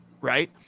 right